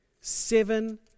seven